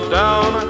down